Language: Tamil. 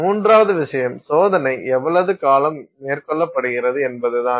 மூன்றாவது விஷயம் சோதனை எவ்வளவு காலம் மேற்கொள்ளப்படுகிறது என்பதுதான்